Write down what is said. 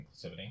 inclusivity